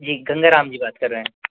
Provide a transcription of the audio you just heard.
जी गंगाराम जी बात कर रहें